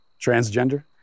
Transgender